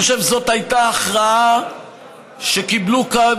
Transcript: אני חושב שזאת הייתה הכרעה שקיבלו כאן